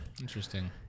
interesting